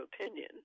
opinion